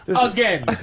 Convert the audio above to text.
Again